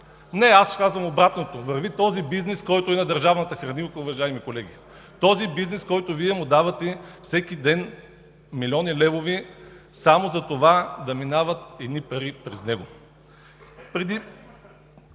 Не, аз казвам обратното: върви този бизнес, който е на държавната хранилка, уважаеми колеги, този бизнес, на който Вие всеки ден му давате милиони левове само за това да минават пари през него.